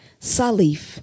Salif